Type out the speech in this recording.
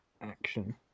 action